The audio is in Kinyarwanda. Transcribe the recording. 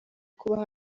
kubaho